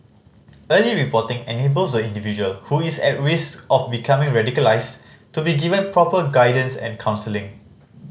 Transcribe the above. early reporting enables the individual who is at risk of becoming radicalised to be given proper guidance and counselling